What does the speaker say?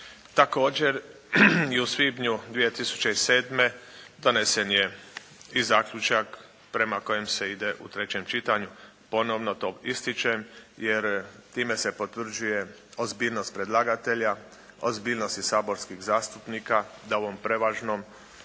Također i u svibnju 2007. donesen je i zaključak prema kojem se ide u trećem čitanju. Ponovno to ističem jer time se potvrđuje ozbiljnost predlagatelja, ozbiljnost i saborskih zastupnika da u ovom prevažnom